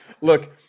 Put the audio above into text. look